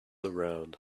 around